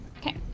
Okay